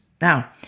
Now